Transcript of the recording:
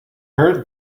heard